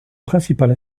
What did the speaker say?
principales